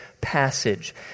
passage